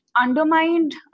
undermined